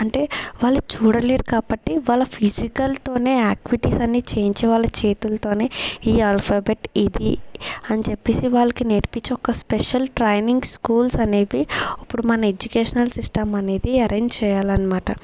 అంటే వాళ్ళు చూడలేరు కాబట్టి వాళ్ళ ఫిజికల్తోనే ఆక్విటీస్ అన్ని చేయించేవాళ్ళ చేతుల్తోనే ఈ ఆల్ఫాబెట్ ఇది అని చెప్పేసి వాళ్ళకి నేర్పిచ్చి ఒక స్పెషల్ ట్రైనింగ్ స్కూల్స్ అనేవి ఉప్పుడు మన ఎడ్యుకేషనల్ సిస్టమ్ అనేది అరేంజ్ చేయాలన్నమాట